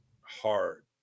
hard